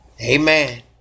Amen